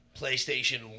PlayStation